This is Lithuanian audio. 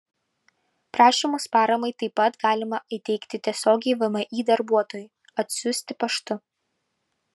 prašymus paramai taip pat galima įteikti tiesiogiai vmi darbuotojui atsiųsti paštu